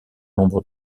nombre